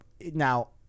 now